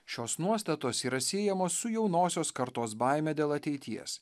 šios nuostatos yra siejamos su jaunosios kartos baime dėl ateities